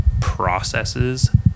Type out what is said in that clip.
processes